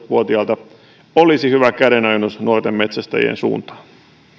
vuotiailta olisi hyvä kädenojennus nuorten metsästäjien suuntaan